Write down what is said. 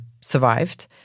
survived